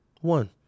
One